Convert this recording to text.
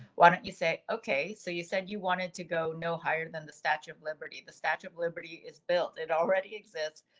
why don't you say? okay, so you said you wanted to go? no, higher than the statue of liberty. the statue of liberty is built, it already exists.